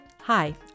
hi